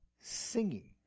singing